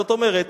זאת אומרת,